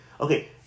okay